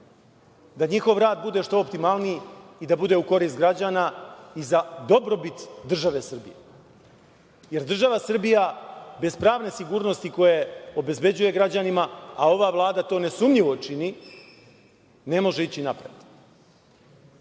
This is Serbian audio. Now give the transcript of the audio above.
da njihov rad bude što optimalniji i da bude u korist građana i za dobrobit države Srbije. Jer, država Srbija, bez pravne sigurnosti koju obezbeđuje građanima, a ova Vlada to nesumnjivo čini, ne može ići